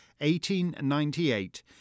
1898